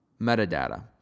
Metadata